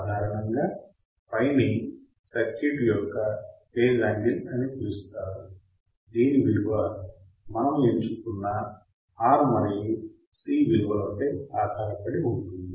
సాధారణముగా Phi ని circuit యొక్క ఫేజ్ యాంగిల్ అని పిలుస్తారు దీని విలువ మనము ఎంచుకున్న R మరియు C విలువలపై ఆధారపడి ఉంటుంది